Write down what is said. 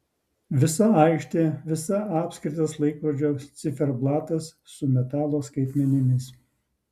visa aikštė visa apskritas laikrodžio ciferblatas su metalo skaitmenimis